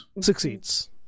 Succeeds